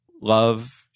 love